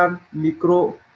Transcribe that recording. um micro,